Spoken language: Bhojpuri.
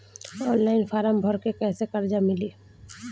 ऑनलाइन फ़ारम् भर के कैसे कर्जा मिली?